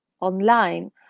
online